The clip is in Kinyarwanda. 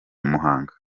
muhanga